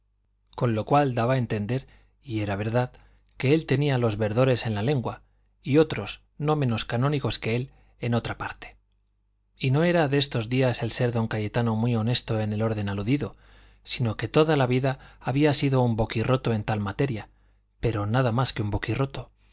con lo cual daba a entender y era verdad que él tenía los verdores en la lengua y otros no menos canónigos que él en otra parte y no era de estos días el ser don cayetano muy honesto en el orden aludido sino que toda la vida había sido un boquirroto en tal materia pero nada más que un